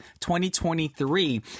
2023